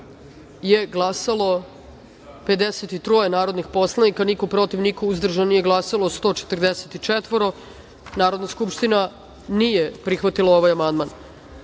je glasalo – 53 narodnih poslanika, protiv – niko, uzdržan – niko, nije glasalo – 145.Narodna skupština nije prihvatila ovaj amandman. Na